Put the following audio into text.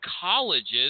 colleges